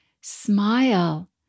Smile